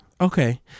Okay